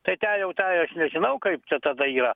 tai ten jau tą aš nežinau kaip čia tada yra